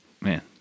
man